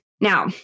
Now